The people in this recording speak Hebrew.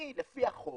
אני לפי החוק,